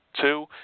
two